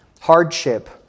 hardship